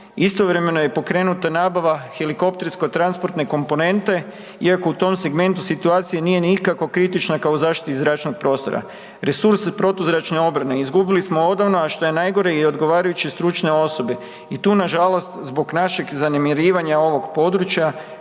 Istovremeno je pokrenuta nabava helikoptersko transportne komponente iako u tom segmentu situacija nije nikako kritična kao u zaštiti zračnog prostora. Resurse protuzračne obrane izgubili smo odavno, a što je najgore i odgovarajuće stručne osobe i tu nažalost zbog našeg zanemarivanja ovog područja